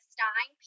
Stein